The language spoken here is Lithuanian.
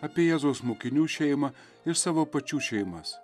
apie jėzaus mokinių šeimą ir savo pačių šeimas